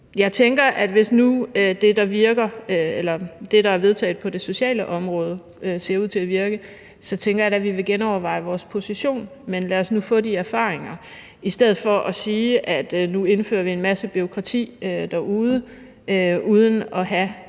men måske ikke så meget her. Hvis nu det, der er vedtaget på det sociale område, ser ud til at virke, tænker jeg, at vi da vil genoverveje vores position, men lad os nu få de erfaringer i stedet for at sige, at nu indfører vi en masse bureaukrati derude uden at have